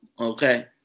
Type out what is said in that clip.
okay